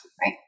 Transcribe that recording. right